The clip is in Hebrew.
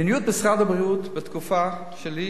מדיניות משרד הבריאות בתקופה שלי,